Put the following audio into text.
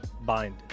Bind